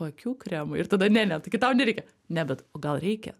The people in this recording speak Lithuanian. paakių kremai ir tada ne ne taigi tau nereikia ne bet o gal reikia